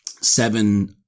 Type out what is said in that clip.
seven